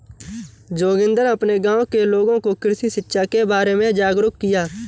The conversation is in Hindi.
जोगिंदर अपने गांव के लोगों को कृषि शिक्षा के बारे में जागरुक किया